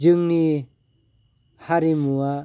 जोंनि हारिमुवा